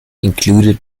included